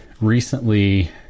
recently